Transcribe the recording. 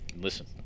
listen